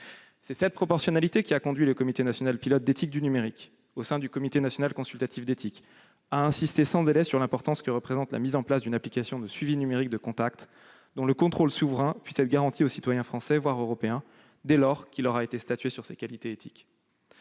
C'est cette proportionnalité qui a conduit le Comité national pilote d'éthique du numérique, au sein du Comité national consultatif d'éthique, à insister sans délai sur l'importance d'une telle application de suivi numérique de contacts, dont le contrôle souverain doit être garanti aux citoyens français, voire européens, dès lors que l'on aura statué sur ses qualités éthiques.